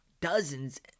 dozens